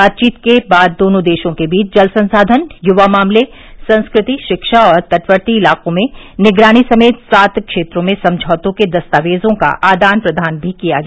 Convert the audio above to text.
बातचीत के बाद दोनों देशों के बीच जल संसाधन युवा मामले संस्कृति शिक्षा और तटवर्ती इलाकों में निगरानी समेत सात क्षेत्रों में समझौतों के दस्तावेजों का आदान प्रदान भी किया गया